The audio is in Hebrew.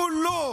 כולו,